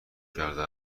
کرده